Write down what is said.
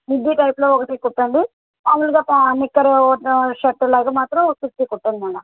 midi టైప్లో ఒకటి కుట్టండి మాములుగా నిక్కర్ షర్ట్ లాగా మాత్రం ఒకటి కుట్టండి మరల